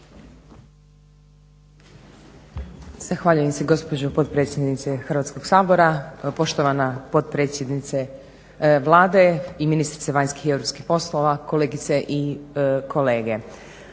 Zahvaljujem se gospođo potpredsjednice Hrvatskog sabora, poštovana potpredsjednice Vlade i ministrice vanjskih i europskih poslova, kolegice i kolege.